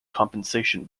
compensation